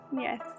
Yes